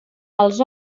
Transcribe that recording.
els